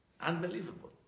Unbelievable